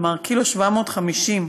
כלומר קילו ו-750 גרם.